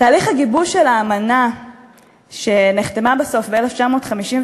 תהליך גיבוש האמנה שנחתמה בסוף ב-1951,